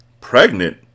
Pregnant